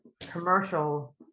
commercial